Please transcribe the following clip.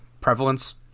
prevalence